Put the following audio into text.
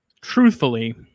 Truthfully